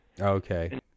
Okay